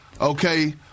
okay